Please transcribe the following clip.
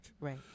Right